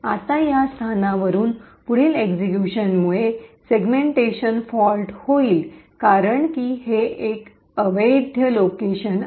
आता या स्थानावरून पुढील एक्सिक्यूशन मुळे सेगमेंटेशन फॉल्ट होईल कारण की हे एक अवैध लोकेशन आहे